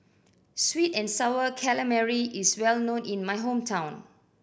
sweet and Sour Calamari is well known in my hometown